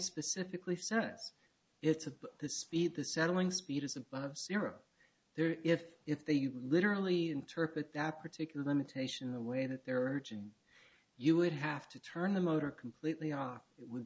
specifically sets it's of the speed the settling speed is above syrup there if if they literally interpret that particular limitation the way that there are two you would have to turn the motor completely off it